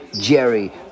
Jerry